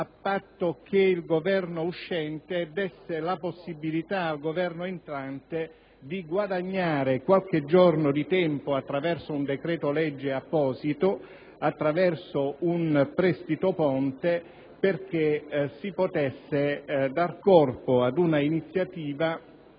a patto che il Governo uscente desse la possibilità a quello entrante di guadagnare qualche giorno di tempo attraverso un decreto‑legge apposito ed un prestito ponte per dar corpo ad una iniziativa